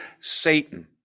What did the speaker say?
Satan